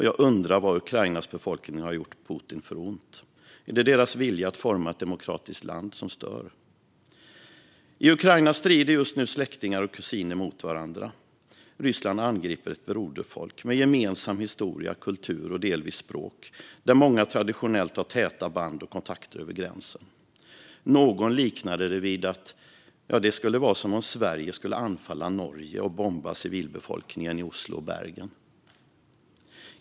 Jag undrar vad Ukrainas befolkning har gjort Putin för ont. Är det deras vilja att forma ett demokratiskt land som stör? I Ukraina strider just nu släktingar mot varandra. Ryssland angriper ett broderfolk med gemensam historia, kultur och delvis språk som många traditionellt har täta band och kontakter med över gränsen. Någon liknade det vid att Sverige skulle anfalla Norge och bomba civilbefolkningen i Oslo och Bergen.